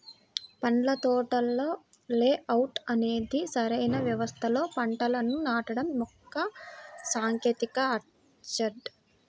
పండ్ల తోటల లేఅవుట్ అనేది సరైన వ్యవస్థలో పంటలను నాటడం యొక్క సాంకేతికత ఆర్చర్డ్